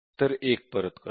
तर 1 परत करते